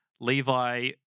Levi